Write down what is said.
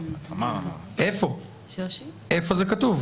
איפה זה כתוב?